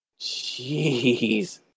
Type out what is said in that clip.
Jeez